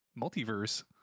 Multiverse